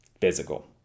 Physical